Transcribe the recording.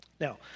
Now